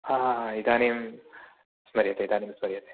हा हा हा इदानीं स्मर्यते इदानीं स्मर्यते